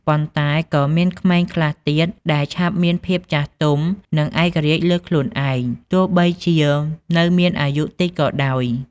ប៉ុន្តែក៏មានក្មេងខ្លះទៀតដែលឆាប់មានភាពចាស់ទុំ និងឯករាជ្យលើខ្លួនឯង ទោះបីជានៅមានអាយុតិចក៏ដោយ។